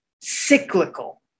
cyclical